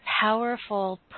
powerful